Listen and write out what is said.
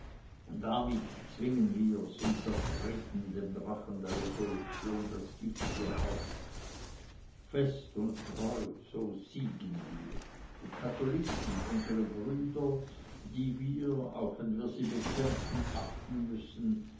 damit zwingen wir's und zertreten dem drachen der revolution das giftige haupt fest und treu so siegen wir die katholiken unsere brüder die wir auch wenn wir sie bekämpfen achten müssen